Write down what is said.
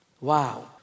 Wow